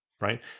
Right